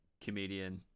comedian